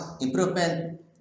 improvement